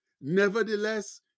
Nevertheless